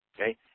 okay